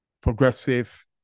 progressive